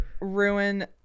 ruin